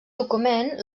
document